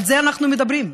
על זה אנחנו מדברים,